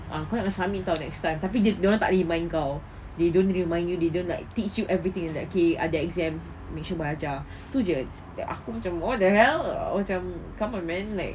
ah kau nak submit [tau] next time tapi dia dia orang tak remind kau they don't remind you they didn't like teach you everything in that okay ada exam make sure belajar tu jer aku macam what the hell aku macam come on man like